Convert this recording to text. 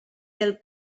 del